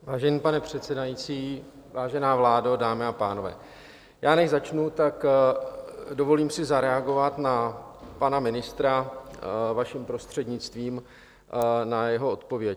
Vážený pane předsedající, vážená vládo, dámy a pánové, než začnu, tak si dovolím zareagovat na pana ministra, vaším prostřednictvím, na jeho odpověď.